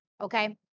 Okay